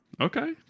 Okay